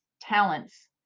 talents